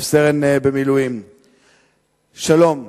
רס"ן במילואים: שלום.